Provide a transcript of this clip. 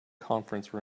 conference